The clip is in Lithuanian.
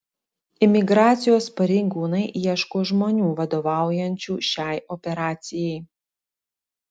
imigracijos pareigūnai ieško žmonių vadovaujančių šiai operacijai